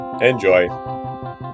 Enjoy